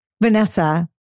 Vanessa